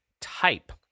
type